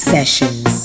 Sessions